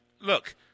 look